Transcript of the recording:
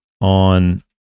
on